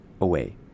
away